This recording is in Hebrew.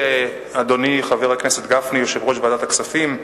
לאדוני חבר הכנסת גפני, יושב-ראש ועדת הכספים,